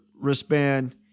wristband